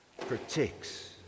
protects